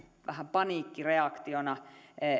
paniikkireaktiona